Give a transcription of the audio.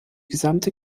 gesamte